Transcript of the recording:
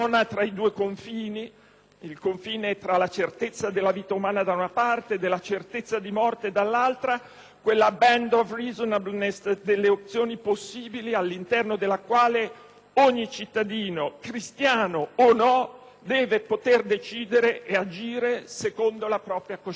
due confini (della certezza della vita umana, da una parte, della certezza di morte, dall'altra), quella *band of reasonableness* delle opzioni possibili all'interno della quale ogni cittadino, cristiano o no, deve poter decidere e agire secondo la propria coscienza.